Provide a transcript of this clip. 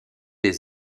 des